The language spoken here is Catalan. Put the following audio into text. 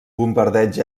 bombardeig